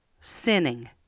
sinning